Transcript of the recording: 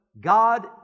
God